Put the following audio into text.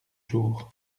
jours